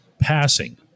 passing